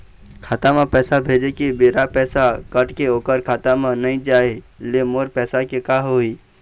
खाता म पैसा भेजे के बेरा पैसा कट के ओकर खाता म नई जाय ले मोर पैसा के का होही?